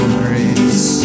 grace